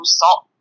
salt